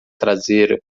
traseira